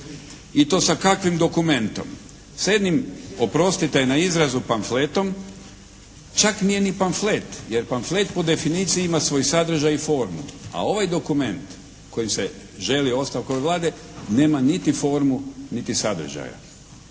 I to sa kakvim dokumentom? S jednim, oprostite na izrazu, pamfletom čak nije ni pamflet, jer pamflet po definiciji ima svoj sadržaj i formu, a ovaj dokument kojim se želi ostavka Vlade nema niti formu niti sadržaja.